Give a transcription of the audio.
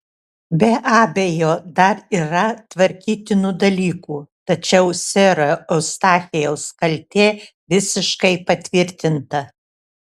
be abejo dar yra tvarkytinų dalykų tačiau sero eustachijaus kaltė visiškai patvirtinta